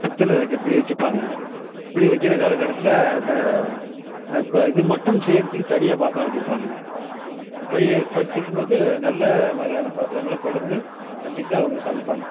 பித்தளை இருக்குது இப்படி வச்சுப்பாங்க இப்படி வைக்கிற காலக்கட்டத்தில் அந்த இப்போ இது மட்டன் செய்கிறத்துக்கு தனியாக பாத்தரம் வச்சுருப்பாங்க போய் வச்சுருக்கும்போது நல்ல மாதிரியான பாத்தரங்களை தொடர்ந்து வச்சுக்கிட்டு அவங்க சமைப்பாங்க